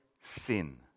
sin